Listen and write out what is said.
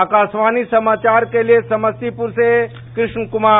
आकाशवाणी समाचार के लिए समस्तीपुर से कृष्ण कुमार